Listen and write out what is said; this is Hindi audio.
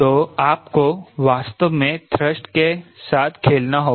तो आपको वास्तव में थ्रस्ट के साथ खेलना होगा